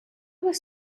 was